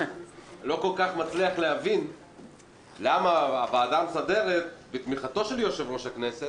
מצליח להבין למה הוועדה המסדרת בתמיכתו של יושב-ראש הכנסת